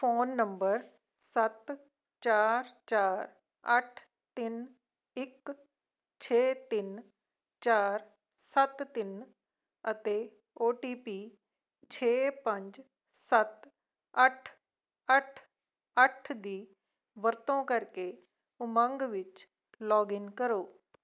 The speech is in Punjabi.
ਫ਼ੋਨ ਨੰਬਰ ਸੱਤ ਚਾਰ ਚਾਰ ਅੱਠ ਤਿੰਨ ਇੱਕ ਛੇ ਤਿੰਨ ਚਾਰ ਸੱਤ ਤਿੰਨ ਅਤੇ ਓ ਟੀ ਪੀ ਛੇ ਪੰਜ ਸੱਤ ਅੱਠ ਅੱਠ ਅੱਠ ਦੀ ਵਰਤੋਂ ਕਰਕੇ ਉਮੰਗ ਵਿੱਚ ਲੌਗਇਨ ਕਰੋ